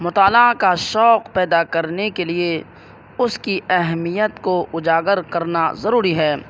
مطالعہ کا شوق پیدا کرنے کے لیے اس کی اہمیت کو اجاگر کرنا ضروری ہے